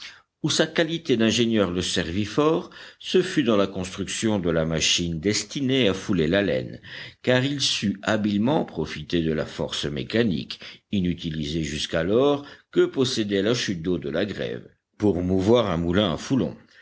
où sa qualité d'ingénieur le servit fort ce fut dans la construction de la machine destinée à fouler la laine car il sut habilement profiter de la force mécanique inutilisée jusqu'alors que possédait la chute d'eau de la grève pour mouvoir un moulin à foulon